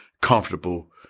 comfortable